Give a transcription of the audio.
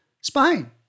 Spain